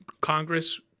Congress